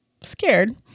scared